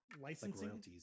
licensing